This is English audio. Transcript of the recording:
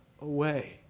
away